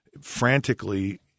frantically